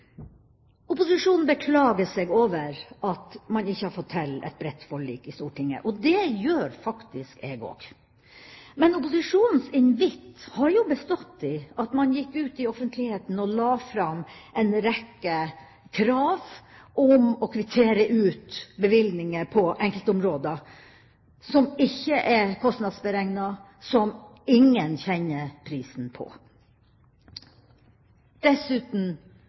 Opposisjonen beklager seg over at man ikke har fått til et bredt forlik i Stortinget, og det gjør faktisk jeg også. Men opposisjonens invitt har jo bestått i at man gikk ut i offentligheten og la fram en rekke krav om å kvittere ut bevilgninger på enkeltområder som ikke er kostnadsberegnet, som ingen kjenner prisen på. Man vil dessuten